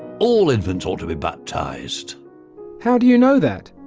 all infants ought to be baptized how do you know that.